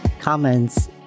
comments